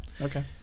Okay